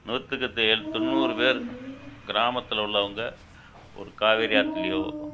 நூற்றுக்கு தே தொண்ணூறு பேர் கிராமத்தில் உள்ளவங்கள் ஒரு காவேரி ஆற்றுலையோ